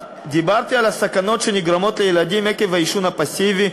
דיברתי על הסכנות שנגרמות לילדים עקב העישון הפסיבי